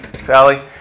Sally